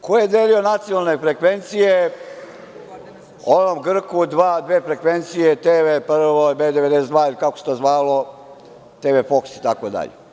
Ko je delio nacionalne frekvencije onom Grku, dve frekvencije TV Prvoj, B92 ili kako se to zvalo, TV Foks itd?